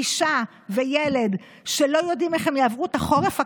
אישה וילד שלא יודעים איך הם יעברו את החורף הקרוב,